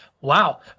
Wow